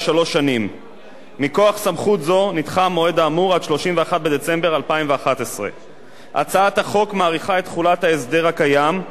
מכוח סמכות זו נדחה המועד האמור עד 31 בדצמבר 2011. הצעת החוק מאריכה את תחולת ההסדר הקיים וקובעת כי